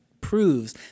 proves